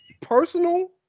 personal